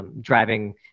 driving